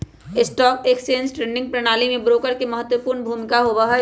stock exchange के trading प्रणाली में ब्रोकर के महत्वपूर्ण भूमिका होबा हई